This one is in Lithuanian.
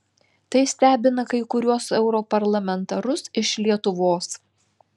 tai stebina kai kuriuos europarlamentarus iš lietuvos